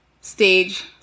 Stage